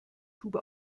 tube